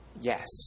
yes